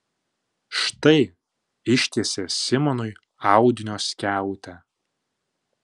štai ištiesė simonui audinio skiautę